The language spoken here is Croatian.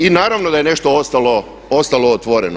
I naravno da je nešto ostalo otvoreno.